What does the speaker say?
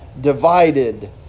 divided